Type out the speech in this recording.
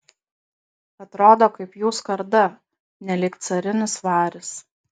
atrodo kaip jų skarda nelyg carinis varis